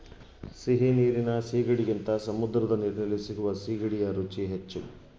ಸಿಹಿ ನೀರಿನ ಸೀಗಡಿಗಿಂತ ಸಮುದ್ರದ ನೀರಲ್ಲಿ ಸಿಗುವ ಸೀಗಡಿಯ ರುಚಿ ಹೆಚ್ಚು